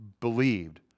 believed